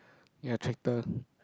ya tractor